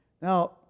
Now